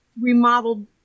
remodeled